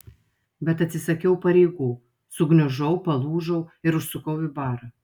bet atsisakiau pareigų sugniužau palūžau ir užsukau į barą